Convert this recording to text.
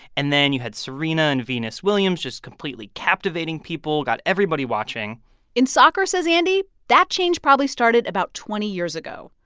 and then you had serena and venus williams just completely captivating people got everybody watching in soccer, says andy, that change probably started about twenty years ago,